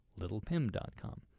littlepim.com